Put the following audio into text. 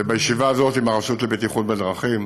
ובישיבה הזאת עם הרשות לבטיחות בדרכים,